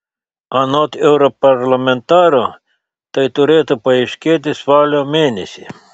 anot europarlamentaro tai turėtų paaiškėti spalio mėnesį